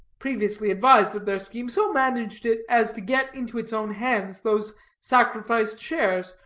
previously advised of their scheme, so managed it as to get into its own hands those sacrificed shares,